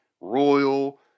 royal